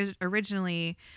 Originally